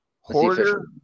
Hoarder